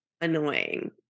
annoying